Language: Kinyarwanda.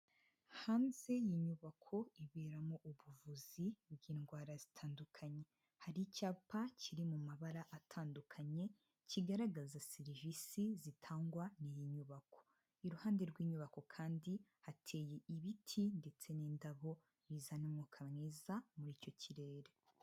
Hanze y' inyubako iberamo ubuvuzi bw'indwara zitandukanye, hari icyapa kiri mu mabara atandukanye kigaragaza serivisi zitangwa n'iyi nyubako, iruhande rw'inyubako kandi hateye ibiti ndetse n'indabo bizana umwuka mwiza muri icyo kirere.